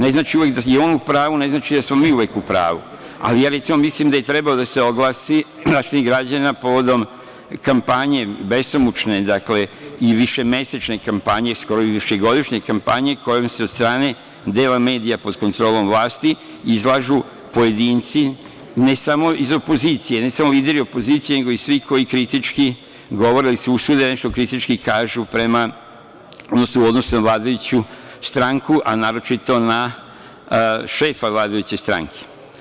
Ne znači uvek da je on u pravu i ne znači da smo uvek mi u pravu, ali ja recimo mislim da je trebao da se oglasi Zaštitnik građana povodom kampanje besomučne i višemesečne, skoro višegodišnje kojom se od strane dela medija pod kontrolom vlasti izlažu pojedinci ne samo iz opozicije, ne samo lideri opozicije nego i svi koji kritički govore ili se usude da nešto kritički kažu prema, odnosno u odnosu na vladajuću stranku, a naročito na šefa vladajuće stranke.